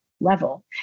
level